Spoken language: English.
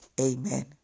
amen